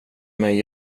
mig